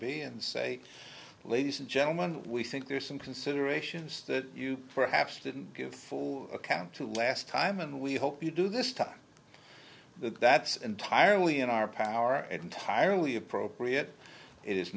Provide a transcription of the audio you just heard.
b and say ladies and gentlemen we think there are some considerations that you perhaps didn't give full account to last time and we hope you do this time that that's entirely in our power and entirely appropriate it is